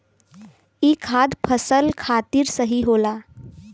ई खाद फसल खातिर सही होला